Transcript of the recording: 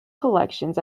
collections